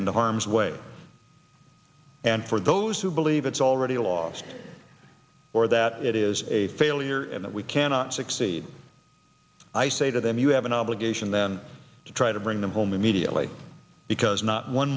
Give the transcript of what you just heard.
into harm's way and for those who believe it's already lost or that it is a failure and that we cannot succeed i say to them you have an obligation then to try to bring them home immediately because not one